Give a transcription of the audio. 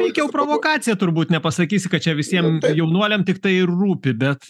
veikiau provokacija turbūt nepasakysi kad čia visiem jaunuoliam tiktai ir rūpi bet